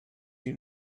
you